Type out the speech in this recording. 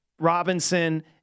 Robinson